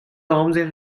amzer